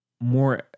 more